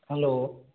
hello